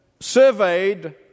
surveyed